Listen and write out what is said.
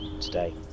today